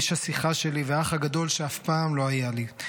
איש השיחה שלי והאח הגדול שאף פעם לא היה לי.